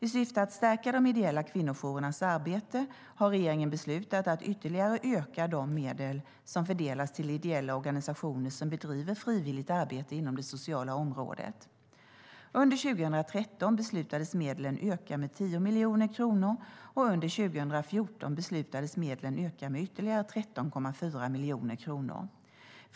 I syfte att stärka de ideella kvinnojourernas arbete har regeringen beslutat att ytterligare öka de medel som fördelas till ideella organisationer som bedriver frivilligt arbete inom det sociala området. Under 2013 beslutades medlen öka med 10 miljoner kronor, och under 2014 beslutades medlen öka med ytterligare 13,4 miljoner kronor.